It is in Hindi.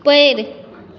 पेड़